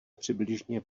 přibližně